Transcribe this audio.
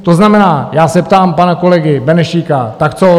To znamená, já se ptám pana kolegy Benešíka, tak co?